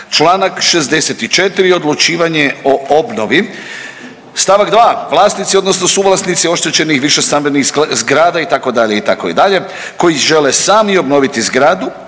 Članak 64. odlučivanje o obnovi. Stava 2. vlasnici odnosno suvlasnici oštećenih višestambenih zgrada itd., itd. koji žele sami obnoviti zgradu